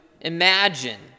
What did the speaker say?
imagine